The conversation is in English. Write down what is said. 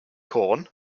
corn